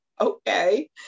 Okay